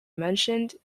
mentioned